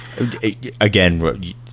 Again